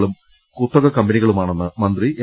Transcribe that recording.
ങ്ങളും കുത്തക കമ്പനികളുമാണെന്ന് മന്ത്രി എം